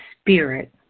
spirit